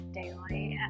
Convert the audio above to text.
daily